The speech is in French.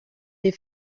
des